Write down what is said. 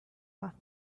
off